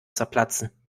zerplatzen